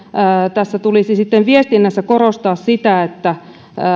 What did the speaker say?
tässä tulisi sitten viestinnässä korostaa sitä että